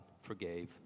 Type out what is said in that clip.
forgave